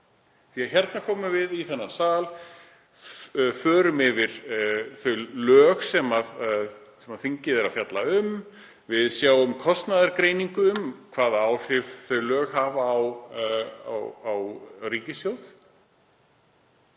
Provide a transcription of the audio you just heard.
Við komum í þennan sal, förum yfir þau lög sem þingið er að fjalla um. Við sjáum kostnaðargreiningu um hvaða áhrif þau lög hafa á ríkissjóð.